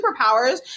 superpowers